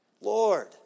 Lord